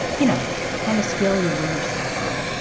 you know, the kind of scale you weigh yourself on.